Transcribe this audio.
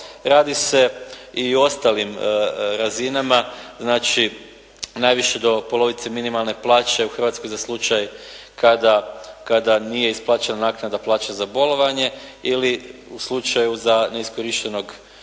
radi se i o ostalim razinama znači najviše do polovice minimalne plaće u Hrvatskoj za slučaj kada nije isplaćena naknada plaće za bolovanje ili u slučaju za neiskorištenog godišnjeg